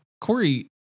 Corey